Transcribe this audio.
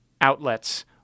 outlets